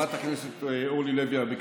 חברת הכנסת אורלי לוי אבקסיס,